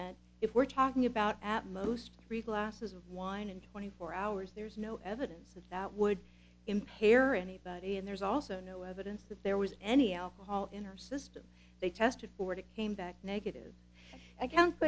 that if we're talking about at most three glasses of wine in twenty four hours there's no evidence that that would impair anybody and there's also no evidence that there was any alcohol in her system they tested for it it came back negative a